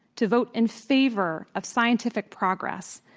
to vote in favor of scientific progress,